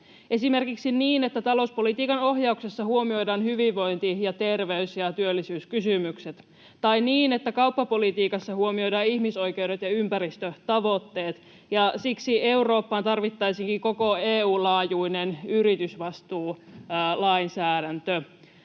esimerkiksi niin, että talouspolitiikan ohjauksessa huomioidaan hyvinvointi‑ ja terveys‑ ja työllisyyskysymykset, tai niin, että kauppapolitiikassa huomioidaan ihmisoikeudet ja ympäristötavoitteet. Siksi Eurooppaan tarvittaisiinkin koko EU:n laajuinen yritysvastuulainsäädäntö.